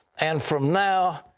and from now